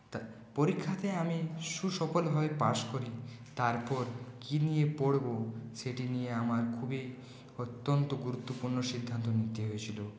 পরীক্ষাতে আমি সফল হয়ে পাশ করি তারপর কি নিয়ে পড়ব সেটি নিয়ে আমার খুবই অত্যন্ত গুরুত্বপূর্ণ সিদ্ধান্ত নিতে হয়েছিল